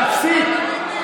תפסיק.